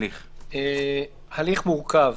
"הליך מורכב"